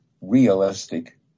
realistic